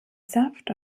saft